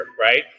right